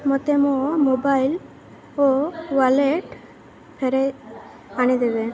ମୋତେ ମୋ ମୋବାଇଲ୍ ଓ ୱାଲେଟ୍ ଫେରେ ଆଣିଦେବେ